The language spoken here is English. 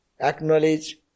acknowledge